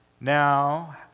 Now